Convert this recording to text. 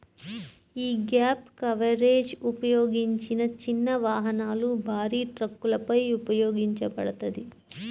యీ gap coverage ఉపయోగించిన చిన్న వాహనాలు, భారీ ట్రక్కులపై ఉపయోగించబడతది